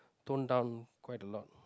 tone down quite a lot